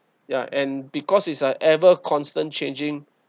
ya and because it's uh ever constant changing